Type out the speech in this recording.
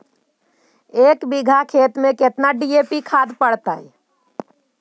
एक बिघा खेत में केतना डी.ए.पी खाद पड़तै?